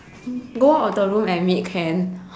go out of the room and meet can